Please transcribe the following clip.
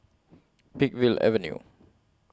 Peakville Avenue